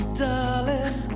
darling